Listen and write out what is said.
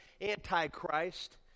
antichrist